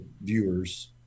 viewers